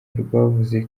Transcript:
rwavuze